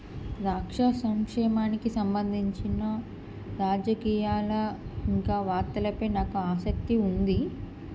రాష్ట్ర సంక్షేమానికి సంబంధించిన రాజకీయాల ఇంకా వార్తలపై నాకు ఆసక్తి ఉంది